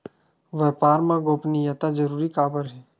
व्यापार मा गोपनीयता जरूरी काबर हे?